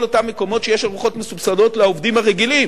אותם מקומות שיש ארוחות מסובסדות לעובדים הרגילים.